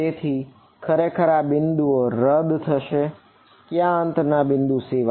તેથી ખરેખર આ અંતના બિંદુઓ રદ થશે ક્યાં અંતના બિંદુઓ સીવાય